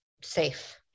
safe